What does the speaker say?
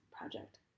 project